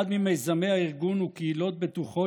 אחד ממיזמי הארגון הוא "קהילות בטוחות",